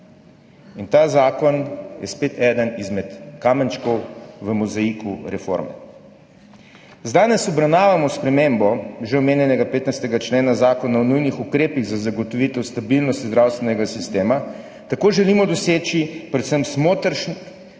in ta zakon je spet eden izmed kamenčkov v mozaiku reforme. Danes obravnavamo spremembo že omenjenega 15. člena Zakona o nujnih ukrepih za zagotovitev stabilnosti zdravstvenega sistema. Tako želimo doseči predvsem smotrnejšo